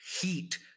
heat